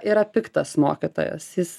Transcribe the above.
yra piktas mokytojas jis